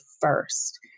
first